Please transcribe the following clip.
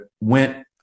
went